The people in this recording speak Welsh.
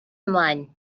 ymlaen